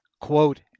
quote